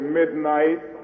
midnight